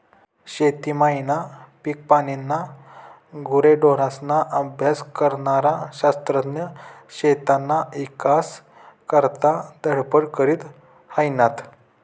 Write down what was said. शेती मायना, पिकपानीना, गुरेढोरेस्ना अभ्यास करनारा शास्त्रज्ञ शेतीना ईकास करता धडपड करी हायनात